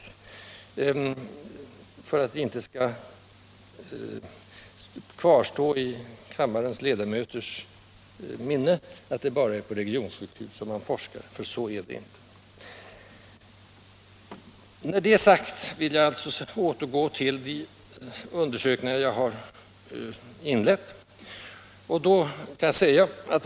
Jag har velat säga detta för att det inte skall kvarstå i kammarledamöternas minne att det bara är på regionsjukhus som man forskar - så är det inte. Jag återkommer till de undersökningar vi har övervägt.